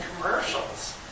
commercials